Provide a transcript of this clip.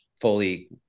fully